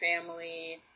family